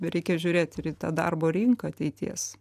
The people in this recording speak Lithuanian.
reikia žiūrėt ir į tą darbo rinką ateities